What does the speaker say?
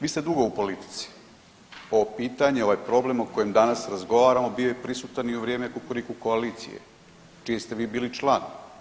Vi ste dugo u politici, ovo pitanje, ovaj problem o kojem danas razgovaramo bio je prisutan i u vrijeme Kukuriku koalicije, čije ste vi bili član.